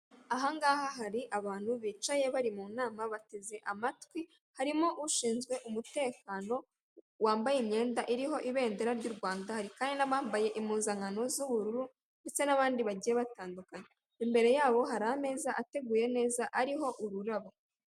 Ahangaha hari abantu bicaye bari munama bateze amatwi harimo ushinzwe umutekano wambaye imyenda iriho ibendera ryurwanda hari Kandi nabambaye impuzankano zubururu ndetse nabandi bagiye batandukanye, imbere yabo hari ameza ateguye neza ariho ururabo.